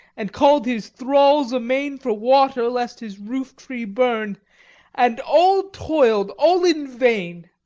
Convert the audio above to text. and called his thralls amain for water, lest his roof-tree burn and all toiled, all in vain.